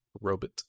Robot